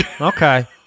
Okay